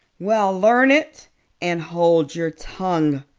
well, learn it and hold your tongue,